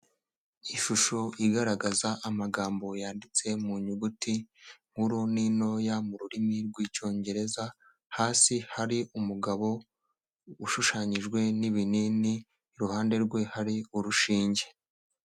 Ishusho igaragaza amagambo yanditse mu nyuguti nkuru n'intoya mu rurimi rw' icyongereza, hasi hari umugabo ushushanyijwe n'ibinini. Iruhande rwe hari urushinge.